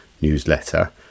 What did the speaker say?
newsletter